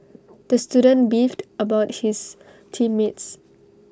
the student beefed about his team mates